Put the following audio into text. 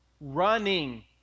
Running